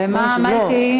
ומה אתי?